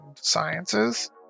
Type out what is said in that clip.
sciences